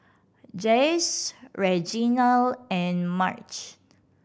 Jase Reginald and Marge